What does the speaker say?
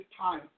time